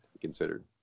considered